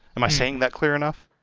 am i saying that clear enough?